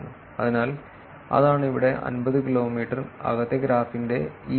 അതിനാൽ അതാണ് ഇവിടെ 50 കിലോമീറ്റർ അകത്തെ ഗ്രാഫിന്റെ ഈ ഭാഗം